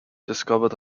discovered